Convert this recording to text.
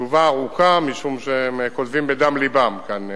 התשובה ארוכה, משום שהם כותבים בדם לבם כאן,